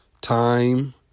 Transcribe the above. Time